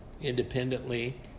independently